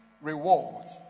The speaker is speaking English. rewards